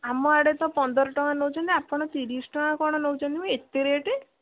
ଆମ ଆଡ଼େ ତ ପନ୍ଦର ଟଙ୍କା ନେଉଛନ୍ତି ଆପଣ ତିରିଶ ଟଙ୍କା କ'ଣ ନେଉଛନ୍ତି ଏତେ ରେଟ୍